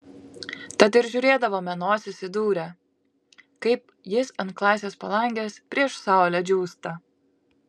tad ir žiūrėdavome nosis įdūrę kaip jis ant klasės palangės prieš saulę džiūsta